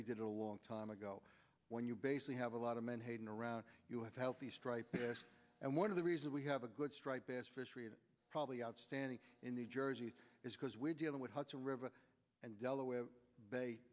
they did a long time ago when you basically have a lot of menhaden around you have a healthy stripe and one of the reasons we have a good striped bass fishery and probably outstanding in the jersey is because we're dealing with hudson river and delaware